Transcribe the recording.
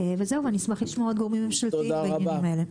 אשמח לשמוע עוד גורמים ממשלתיים בדיונים האלה.